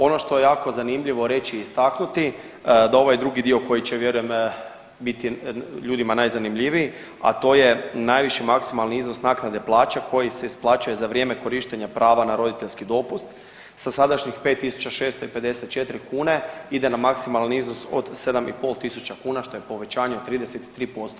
Ono što je jako zanimljivo reći i istaknuti da ovaj drugi dio koji će vjerujem biti ljudima najzanimljiviji, a to je najviši maksimalni iznos naknade plaća koji se isplaćuje za vrijeme korištenja prava na roditeljski dopust sa sadašnjih 5.654 kune ide na maksimalni iznos od 7.500 kuna što je povećanje od 33%